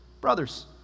brothers